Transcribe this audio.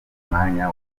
umwanya